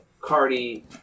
Cardi